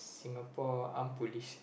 Singapore Armed Police